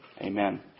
Amen